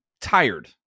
tired